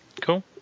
cool